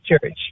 Church